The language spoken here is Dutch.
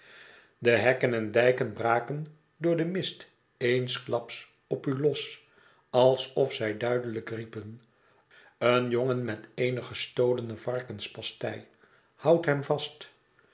de hekken en dijken braken door den mist eensklaps op u los alsof zij duidelijk riepen een jongen met eene gestolene varkens astei houdt hem vast